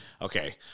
okay